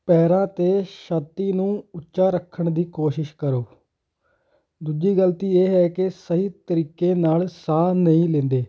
ਪੈਰਾਂ ਅਤੇ ਛਾਤੀ ਨੂੰ ਉੱਚਾ ਰੱਖਣ ਦੀ ਕੋਸ਼ਿਸ਼ ਕਰੋ ਦੂਜੀ ਗਲਤੀ ਇਹ ਹੈ ਕਿ ਸਹੀ ਤਰੀਕੇ ਨਾਲ ਸਾਹ ਨਹੀਂ ਲੈਂਦੇ